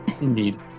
indeed